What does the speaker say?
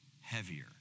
heavier